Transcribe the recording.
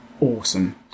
awesome